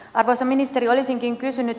arvoisa ministeri olisinkin kysynyt